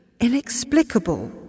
inexplicable